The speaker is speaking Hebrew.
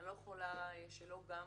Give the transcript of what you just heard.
אני לא יכולה שלא לשמוע גם